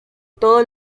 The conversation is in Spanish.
todo